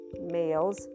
males